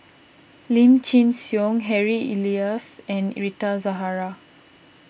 Lim Chin Siong Harry Elias and Rita Zahara